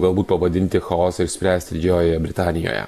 galbūt pavadinti chaosą išspręsti didžiojoje britanijoje